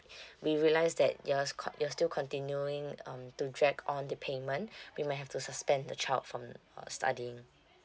we realize that you're co~ you're still continuing um to drag on the payment we might have to suspend the child from uh studying